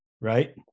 Right